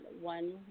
one